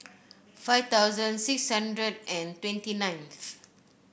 five thousand six hundred and twenty nineth